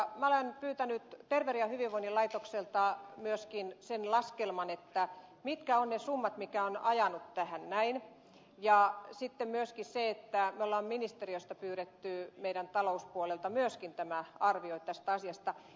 minä olen pyytänyt terveyden ja hyvinvoinnin laitokselta myöskin sen laskelman mitkä ovat ne summat mitkä ovat ajaneet tähän näin ja sitten me olemme ministeriöstä pyytäneet myöskin meidän talouspuoleltamme tämän arvion tästä asiasta